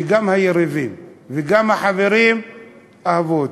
שגם היריבים וגם החברים אהבו אותו.